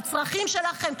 בצרכים שלכם,